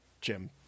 Jim